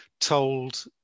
told